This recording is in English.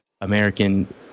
American